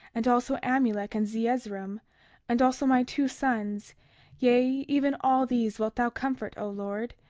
and also amulek and zeezrom and also my two sons yea, even all these wilt thou comfort, o lord.